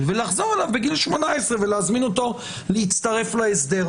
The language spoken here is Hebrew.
ולחזור אליו בגיל 18 ולהזמין אותו להצטרף להסדר,